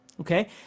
Okay